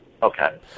Okay